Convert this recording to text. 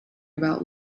about